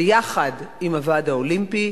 ויחד עם הוועד האולימפי,